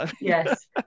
Yes